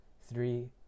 three